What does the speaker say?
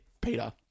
Peter